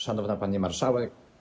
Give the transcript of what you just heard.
Szanowna Pani Marszałek!